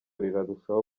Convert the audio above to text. rirarushaho